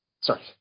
Sorry